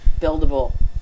buildable